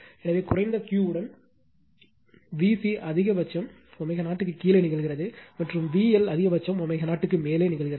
எனவே குறைந்த Q உடன் VC அதிகபட்சம் ω0 க்கு கீழே நிகழ்கிறது மற்றும் VLஅதிகபட்சம் ω0 க்கு மேல் நிகழ்கிறது